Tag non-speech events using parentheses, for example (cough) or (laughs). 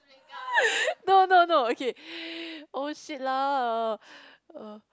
(laughs) no no no okay oh shit lah